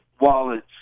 wallets